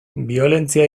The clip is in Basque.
biolentzia